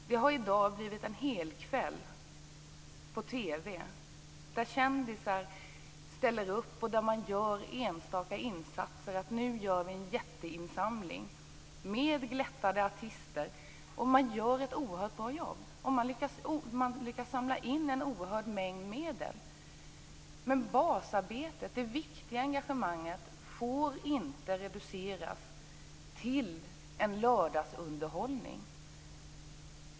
Insamlingarna består numera av en helkväll på TV där kändisar ställer upp och där man gör enstaka insatser i form av jätteinsamlingar med glättade artister. Man gör ett bra jobb och lyckas samla in en oerhörd mängd medel. Men basarbetet, det viktiga engagemanget, får inte reduceras till en lördagsunderhållning!